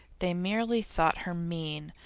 they merely thought her mean,